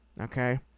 okay